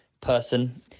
person